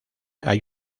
hay